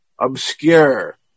obscure